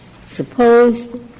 suppose